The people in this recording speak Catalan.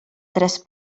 tres